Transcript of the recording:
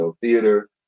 theater